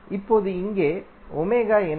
இப்போது இங்கே என்ன